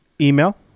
Email